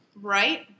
Right